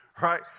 right